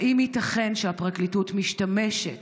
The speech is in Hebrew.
האם ייתכן שהפרקליטות משתמשת